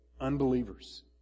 unbelievers